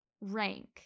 rank